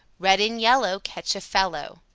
red and yellow, catch a fellow.